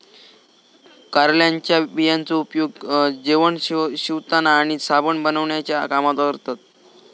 कारळ्याच्या बियांचो उपयोग जेवण शिवताना आणि साबण बनवण्याच्या कामात करतत